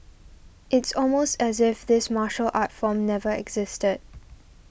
it's almost as if this martial art form never existed